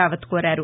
రావత్ కోరారు